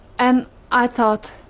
and i thought,